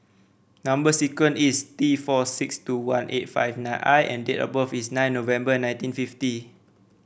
number sequence is T four six two one eight five nine I and date of birth is nine November nineteen fifty